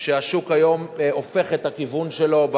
שהשוק היום הופך את הכיוון שלו,